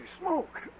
smoke